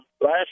last